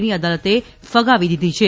ની અદાલતે ફગાવી દીધી છે